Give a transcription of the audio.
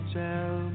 tell